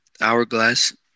hourglass